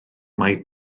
mae